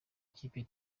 ikipe